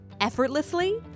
effortlessly